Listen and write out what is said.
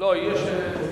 לא, יש שינוי.